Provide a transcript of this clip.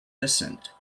descent